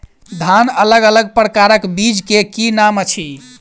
धान अलग अलग प्रकारक बीज केँ की नाम अछि?